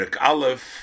Aleph